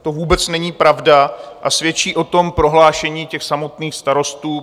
To vůbec není pravda a svědčí o tom prohlášení těch samotných starostů.